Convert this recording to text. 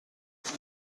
can